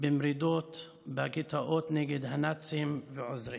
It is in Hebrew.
במרידות בגטאות נגד הנאצים ועוזריהם.